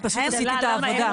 אני פשוט עשיתי את העבודה.